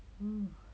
um